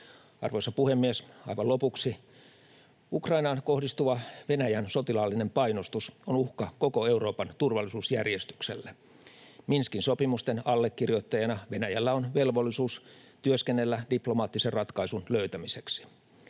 Arvoisa puhemies! Aivan lopuksi: Ukrainaan kohdistuva Venäjän sotilaallinen painostus on uhka koko Euroopan turvallisuusjärjestykselle. Minskin sopimusten allekirjoittajana Venäjällä on velvollisuus työskennellä diplomaattisen ratkaisun löytämiseksi.